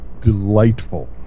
delightful